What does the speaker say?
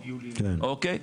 אוקי,